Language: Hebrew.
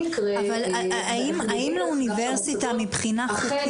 האם האוניברסיטה מבחינה חוקית --- בכל